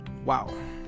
wow